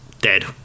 Dead